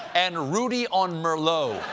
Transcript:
and rudy on merlot.